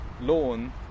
lawn